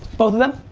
both of them?